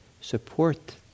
support